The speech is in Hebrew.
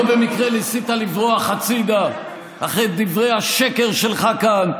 לא במקרה ניסית לברוח הצידה אחרי דברי השקר שלך כאן,